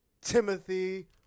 Timothy